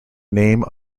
name